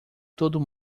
todo